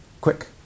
quick